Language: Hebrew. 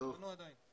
לא פנו עדיין.